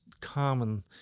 common